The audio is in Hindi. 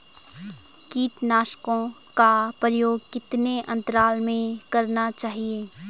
कीटनाशकों का प्रयोग कितने अंतराल में करना चाहिए?